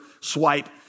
swipe